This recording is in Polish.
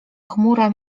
chmura